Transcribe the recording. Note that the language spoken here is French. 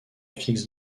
fixe